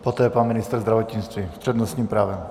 Poté pan ministr zdravotnictví s přednostním právem.